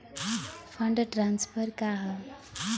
Fund transfer का हव?